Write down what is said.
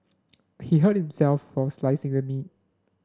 he hurt himself while slicing the meat